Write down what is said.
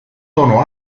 tono